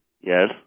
yes